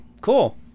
Cool